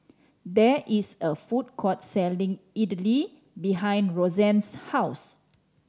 there is a food court selling Idili behind Rosanne's house